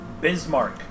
Bismarck